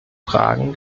fragen